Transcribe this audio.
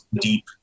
deep